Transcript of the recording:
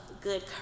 good